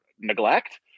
neglect